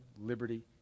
liberty